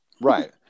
right